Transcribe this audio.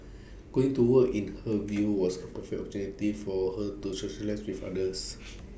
going to work in her view was A perfect opportunity for her to socialise with others